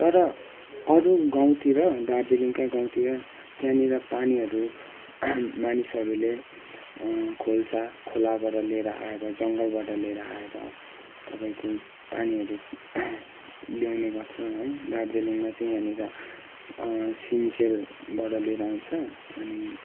तर अरू गाउँतिर दार्जिलिङका गाउँतिर त्यहाँनिर पानीहरू मानिसहरूले खोल्सा खोलाबाट लिएर आएर जङ्गलबाट लिएर आएर तपाईँको पानीहरू ल्याउने गर्छ है दार्जिलिङमा चाहिँ यहाँनिर सिन्चेलबाट लिएर आउँछ अनि